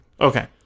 okay